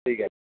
ঠিক আছে